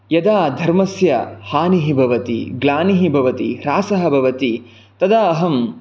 यदा धर्मस्य हानिः भवति ग्लानिः भवति ह्रासः भवति तदा अहं